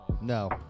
No